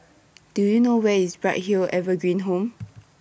Do YOU know Where IS Bright Hill Evergreen Home